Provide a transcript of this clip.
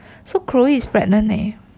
so chloe is pregnant leh